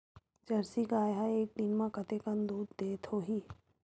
Jersey गाय ह एक दिन म कतेकन दूध देत होही?